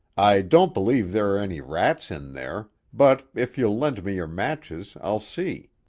i don't believe there are any rats in there, but if you'll lend me your matches i'll see.